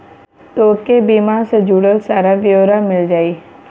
तोके बीमा से जुड़ल सारा ब्योरा मिल जाई